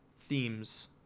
themes